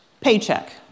paycheck